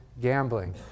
gambling